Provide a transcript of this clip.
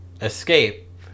escape